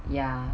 ya